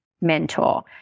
mentor